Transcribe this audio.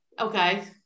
Okay